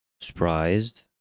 Surprised